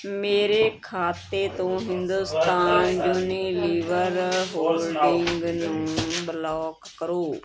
ਮੇਰੇ ਖਾਤੇ ਤੋਂ ਹਿੰਦੁਸਤਾਨ ਯੂਨੀਲੀਵਰ ਹੋਲਡਿੰਗ ਨੂੰ ਬਲੌਕ ਕਰੋ